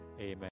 Amen